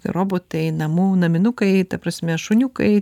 robotai namų naminukai ta prasme šuniukai